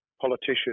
politician